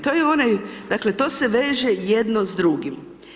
To je onaj dakle, to se veže jedno s drugim.